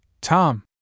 Tom